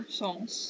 songs